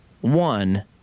one